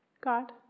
God